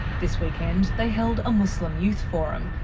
this weekend they held a muslim youth forum,